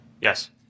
Yes